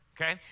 Okay